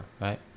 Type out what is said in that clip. right